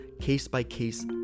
case-by-case